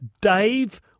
Dave